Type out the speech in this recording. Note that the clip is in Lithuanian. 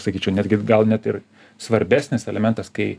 sakyčiau netgi gal net ir svarbesnis elementas kai